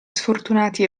sfortunati